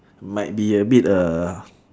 might be a bit uh